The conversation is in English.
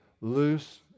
loose